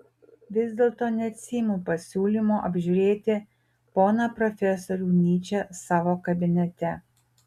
vis dėlto neatsiimu pasiūlymo apžiūrėti poną profesorių nyčę savo kabinete